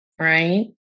right